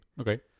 Okay